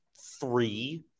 three